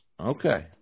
Okay